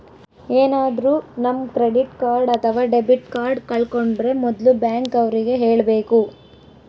ಏನಾದ್ರೂ ನಮ್ credit card ಅಥವಾ ಡೆಬಿಟ್ ಕಾರ್ಡ್ ಕಳ್ಕೊಂಡ್ರೆ ಮೊದ್ಲು ಬ್ಯಾಂಕ್ ಅವ್ರಿಗೆ ಹೇಳ್ಬೇಕು